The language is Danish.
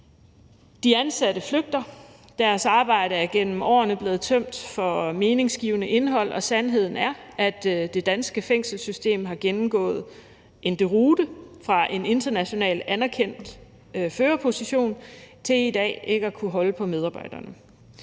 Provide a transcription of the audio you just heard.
De ansatte flygter, deres arbejde er igennem årene blevet tømt for meningsgivende indhold, og sandheden er, at det danske fængselssystem har gennemgået en deroute fra at have haft en internationalt anerkendt førerposition til i dag ikke at kunne holde på medarbejderne.